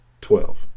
Twelve